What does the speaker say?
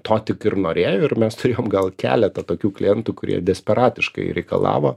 to tik ir norėjo ir mes turėjom gal keletą tokių klientų kurie desperatiškai reikalavo